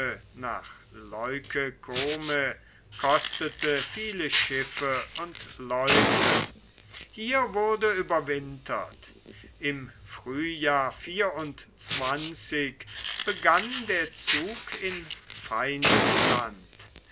nach leuke kome kostete viele schiffe und leute hier wurde überwintert im frühjahr begann der zug in feindesland